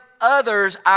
others